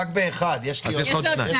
זאת השיטה, להביא את זה בסוף היום.